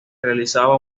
realizaba